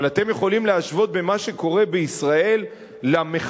אבל אתם יכולים להשוות את מה שקורה בישראל למחאות